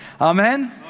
Amen